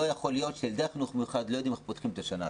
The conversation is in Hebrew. לא יכול להיות שילדי החינוך המיוחד לא יודעים איך הם פותחים את השנה.